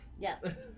Yes